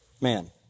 man